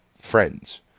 friends